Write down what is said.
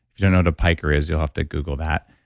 you don't know what a piker is, you'll have to google that.